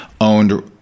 owned